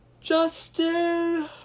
Justin